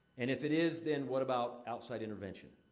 and if it is, then what about outside intervention?